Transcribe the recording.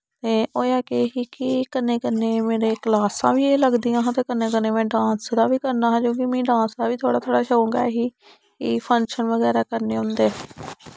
ते होया की ही कि कन्ने कन्ने मेरे क्लासां बी लगदियां हा ते कन्ने कन्ने में डांस दा बी करना हा क्युं मिगी डांस दा बी थोह्ड़ा थोह्ड़ा शोंक ऐ ही की फंक्शन वगैरा करने होंदे